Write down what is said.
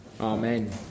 Amen